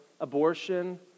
abortion